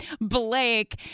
Blake